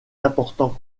important